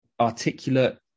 articulate